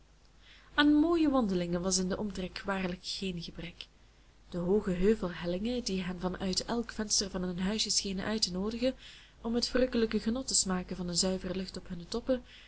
aan mooie wandelingen was in den omtrek waarlijk geen gebrek de hooge heuvelhellingen die hen van uit elk venster van hun huisje schenen uit te noodigen om het verrukkelijk genot te smaken van de zuivere lucht op hunne toppen